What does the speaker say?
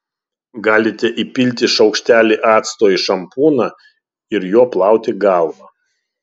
galite įpilti šaukštelį acto į šampūną ir juo plauti galvą